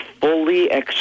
fully